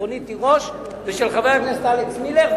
רונית תירוש ושל חבר הכנסת אלכס מילר,